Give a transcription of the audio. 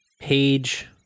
page